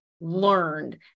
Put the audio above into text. learned